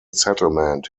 settlement